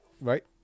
right